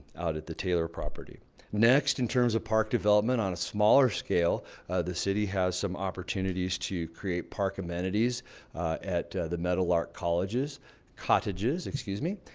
out at the taylor property next in terms of park development on a smaller scale the city has some opportunities to create park amenities at the meadowlark colleges cottages, excuse me,